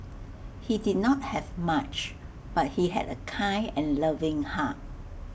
he did not have much but he had A kind and loving heart